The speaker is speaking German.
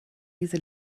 diese